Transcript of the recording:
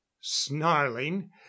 snarling